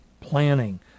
planning